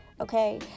okay